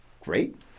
great